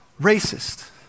racist